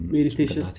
Meditation